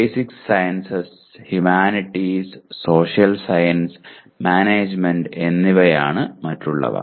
basic sciences humanities social science management എന്നിവയാണ് മറ്റുള്ളവ